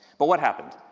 but what happened?